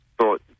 thought